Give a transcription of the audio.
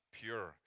pure